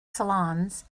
salons